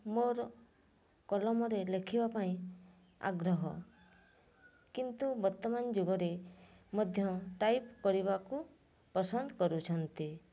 ମୋର କଲମରେ ଲେଖିବା ପାଇଁ ଆଗ୍ରହ କିନ୍ତୁ ବର୍ତ୍ତମାନ ଯୁଗରେ ମଧ୍ୟ ଟାଇପ୍ କରିବାକୁ ପସନ୍ଦ କରୁଛନ୍ତି